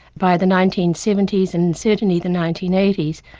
by the nineteen seventy s and certainly the nineteen eighty s,